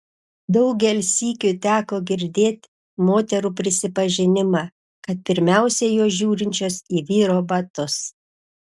daugel sykių teko girdėt moterų prisipažinimą kad pirmiausia jos žiūrinčios į vyro batus